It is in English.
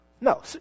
No